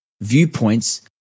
viewpoints